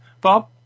Bob